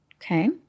okay